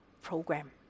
program